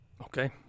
Okay